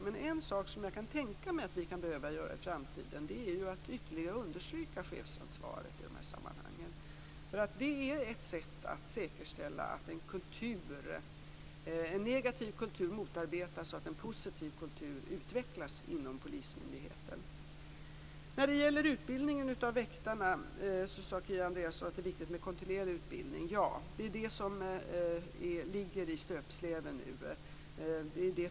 Men en sak som jag kan tänka mig att vi kan behöva göra i framtiden är att ytterligare understryka chefsansvaret, för det är ett sett att säkerställa att en negativ kultur motarbetas och att en positiv kultur utvecklas inom polismyndigheten. Kia Andreasson sade att det är viktigt med kontinuerlig utbildning av väktarna. Ja, det är det som ligger i stöpsleven nu.